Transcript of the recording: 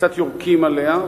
קצת יורקים עליה,